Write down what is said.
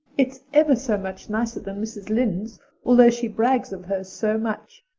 it's ever so much nicer than mrs. lynde's, although she brags of hers so much.